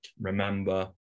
remember